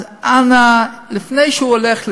אז אנא, לפני שהוא הולך לדבר,